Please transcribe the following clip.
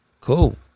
cool